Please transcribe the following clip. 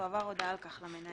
תועבר הודעה על כך למנהל".